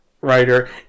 writer